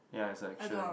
yeah it's a action